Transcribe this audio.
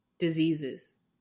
diseases